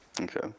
Okay